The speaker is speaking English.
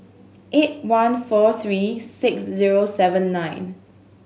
eight one four three six zero seven nine